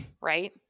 Right